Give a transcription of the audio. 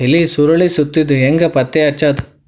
ಎಲಿ ಸುರಳಿ ಸುತ್ತಿದ್ ಹೆಂಗ್ ಪತ್ತೆ ಹಚ್ಚದ?